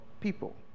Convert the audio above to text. people